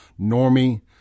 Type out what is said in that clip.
normie